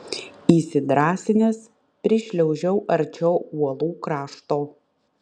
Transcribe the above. įsidrąsinęs prišliaužiu arčiau uolų krašto